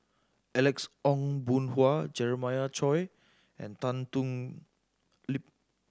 Alex Ong Boon Hau Jeremiah Choy and Tan Thoon Lip